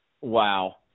Wow